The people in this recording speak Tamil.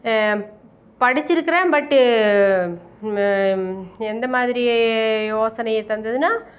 படித்திருக்குறேன் பட்டு எந்தமாதிரி யோசனை தந்ததுன்னா